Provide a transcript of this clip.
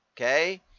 Okay